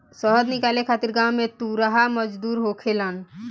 शहद निकाले खातिर गांव में तुरहा मजदूर होखेलेन